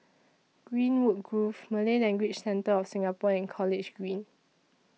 Greenwood Grove Malay Language Centre of Singapore and College Green